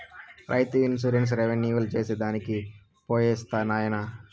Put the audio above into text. రైతు insurance renewal చేసి దానికి పోయొస్తా నాయనా